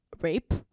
rape